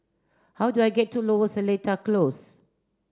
how do I get to Lower Seletar Close